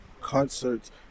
concerts